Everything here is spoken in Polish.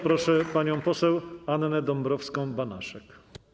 Proszę panią poseł Annę Dąbrowską-Banaszek.